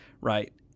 right